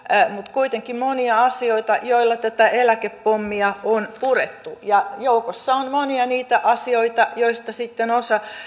kuitenkin monia asioita joilla tätä eläkepommia on purettu ja joukossa on monia niitä asioita joita sitten osa